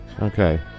Okay